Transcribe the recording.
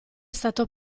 stato